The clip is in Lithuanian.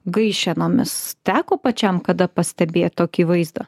gaišenomis teko pačiam kada pastebėt tokį vaizdą